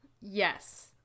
Yes